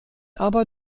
aber